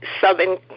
southern